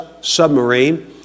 submarine